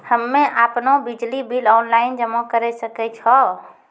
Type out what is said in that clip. हम्मे आपनौ बिजली बिल ऑनलाइन जमा करै सकै छौ?